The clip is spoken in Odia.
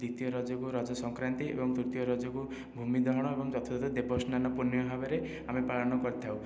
ଦ୍ଵିତୀୟ ରଜକୁ ରଜ ସଂକ୍ରାନ୍ତି ଏବଂ ତୃତୀୟ ରଜକୁ ଭୂମି ଦହନ ଏବଂ ଚତୁର୍ଥ ଦେବ ସ୍ନାନ ପୂର୍ଣିମା ଭାବରେ ଆମେ ପାଳନ କରିଥାଉ